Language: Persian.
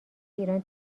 ایران